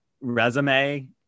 resume